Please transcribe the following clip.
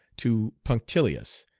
too punctilious,